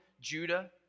Judah